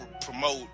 promote